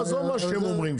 עזוב מה שהם אומרים,